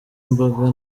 imboga